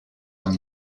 and